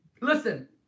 listen